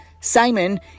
Simon